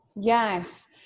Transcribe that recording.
Yes